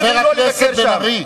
חבר הכנסת בן-ארי.